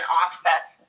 offsets